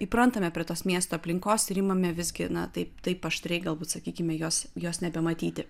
įprantame prie tos miesto aplinkos ir imame visgi na taip taip aštriai galbūt sakykime jos jos nebematyti